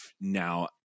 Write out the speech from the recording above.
now